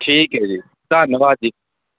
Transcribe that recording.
ਠੀਕ ਹੈ ਜੀ ਧੰਨਵਾਦ ਜੀ